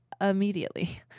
immediately